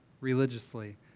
religiously